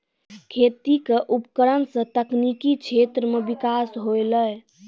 खेती क उपकरण सें तकनीकी क्षेत्र में बिकास होलय